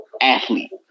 athlete